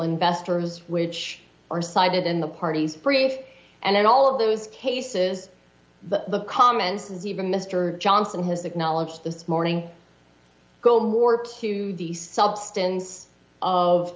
investors which are cited in the parties brief and all of those cases but the comments as even mister johnson has acknowledged this morning go more to the substance of